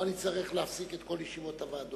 אחת משתיים: או שאני אצטרך להפסיק את כל ישיבות הוועדות,